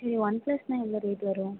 சரி ஒன் பிளஸ்னால் எவ்வளோ ரேட்டு வரும்